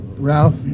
Ralph